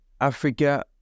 Africa